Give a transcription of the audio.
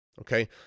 Okay